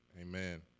Amen